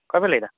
ᱚᱠᱚᱭᱯᱮ ᱞᱟᱹᱭ ᱫᱟ